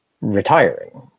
retiring